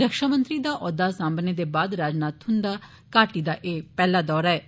रक्षामंत्री दा ओहदा साम्बने दे बाद राजनाथ सिंह हुन्दा घाटी दा एह पैहला दौरा हा